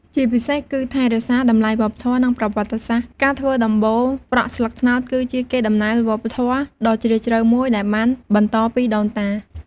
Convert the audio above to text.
ជាពិសេសគឺថែរក្សា តម្លៃវប្បធម៌ និងប្រវត្តិសាស្ត្រ ការធ្វើដំបូលប្រក់ស្លឹកត្នោត គឺជា កេរដំណែលវប្បធម៌ ដ៏ជ្រាលជ្រៅមួយដែលបានបន្តពីដូនតា។